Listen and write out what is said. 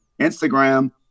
Instagram